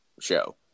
show